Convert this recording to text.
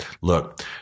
look